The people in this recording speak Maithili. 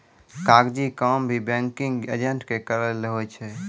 कागजी काम भी बैंकिंग एजेंट के करय लै होय छै